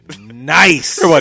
nice